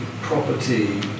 property